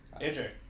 AJ